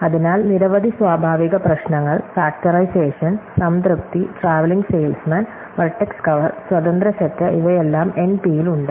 അതിനാൽ നിരവധി സ്വാഭാവിക പ്രശ്നങ്ങൾ ഫാക്ടറൈസേഷൻ സംതൃപ്തി ട്രാവലിംഗ് സെയിൽസ്മാൻ വെർട്ടെക്സ് കവർ സ്വതന്ത്ര സെറ്റ് ഇവയെല്ലാം എൻപിയിൽ ഉണ്ട്